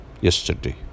yesterday